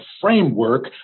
framework